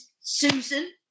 Susan